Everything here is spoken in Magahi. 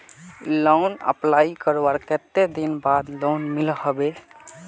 लोन अप्लाई करवार कते दिन बाद लोन मिलोहो होबे?